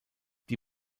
die